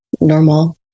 normal